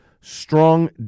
strong